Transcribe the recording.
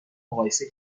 مقایسه